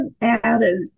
added